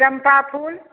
चम्पा फुल